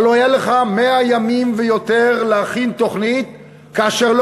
הלוא היו לך 100 ימים ויותר להכין תוכנית כאשר,